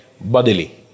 bodily